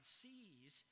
sees